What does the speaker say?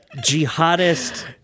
jihadist